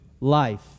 life